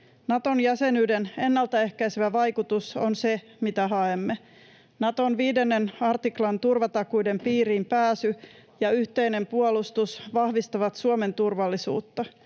Nato-jäsenyyden ennaltaehkäisevä vaikutus on se, mitä haemme. Naton 5 artiklan turvatakuiden piiriin pääsy ja yhteinen puolustus vahvistavat Suomen turvallisuutta.